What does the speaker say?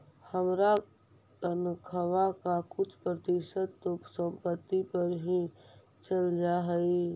हमर तनख्वा का कुछ प्रतिशत तो संपत्ति कर में ही चल जा हई